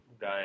guy